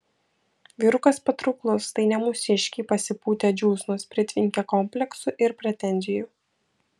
vyrukas patrauklus tai ne mūsiškiai pasipūtę džiūsnos pritvinkę kompleksų ir pretenzijų